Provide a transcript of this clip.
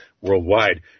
worldwide